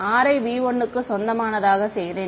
r யை V1 க்கு சொந்தமானதாக செய்தேன்